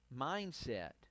mindset